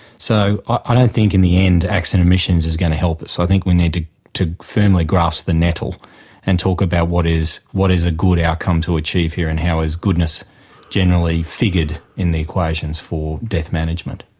so i don't think in the end acts and omissions is going to help us. i think we need to to firmly grasp the metal and talk about what is what is a good outcome to achieve here and how is goodness generally figured in the equations for death management.